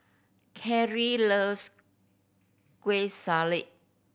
Carlee loves Kueh Salat